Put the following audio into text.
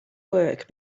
work